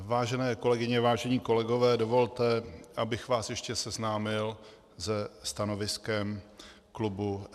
Vážené kolegyně, vážení kolegové, dovolte, abych vás ještě seznámil se stanoviskem klubu SPD.